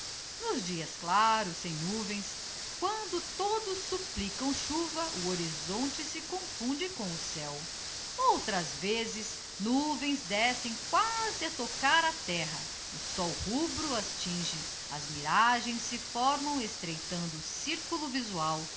nos dias claros sem nuvens quando todos supplicam chuva o horizonte se confunde com o céu outras vezes nuvens descem quasi a tocar a terra o sol rubro as tinge as miragens se formam estreitando o circulo visual